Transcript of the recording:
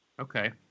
Okay